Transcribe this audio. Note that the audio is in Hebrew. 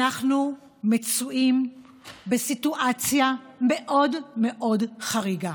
אנחנו מצויים בסיטואציה מאוד מאוד חריגה.